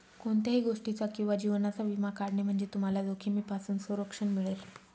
कोणत्याही गोष्टीचा किंवा जीवनाचा विमा काढणे म्हणजे तुम्हाला जोखमीपासून संरक्षण मिळेल